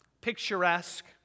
picturesque